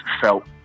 felt